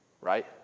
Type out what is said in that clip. right